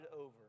over